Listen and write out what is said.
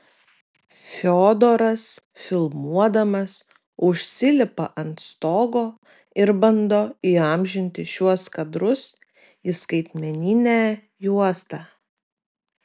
fiodoras filmuodamas užsilipa ant stogo ir bando įamžinti šiuos kadrus į skaitmeninę juostą